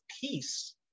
peace